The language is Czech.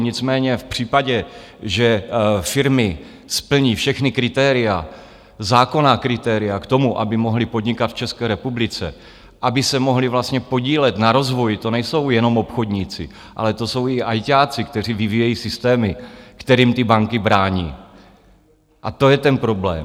Nicméně v případě, že firmy splní všechna kritéria, zákonná kritéria k tomu, aby mohly podnikat v České republice, aby se mohly podílet na rozvoji to nejsou jenom obchodníci, ale to jsou i ajťáci, kteří vyvíjejí systémy, kterým ty banky brání, a to je ten problém.